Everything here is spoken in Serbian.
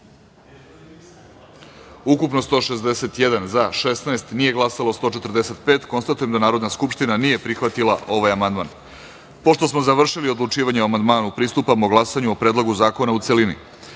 – 156 narodnih poslanika. Konstatujem da Narodna skupština nije prihvatila ovaj amandman. Pošto smo završili odlučivanje o amandmanu, pristupamo glasanju o Predlogu zakona u